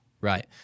Right